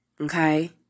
okay